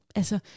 altså